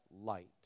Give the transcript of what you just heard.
light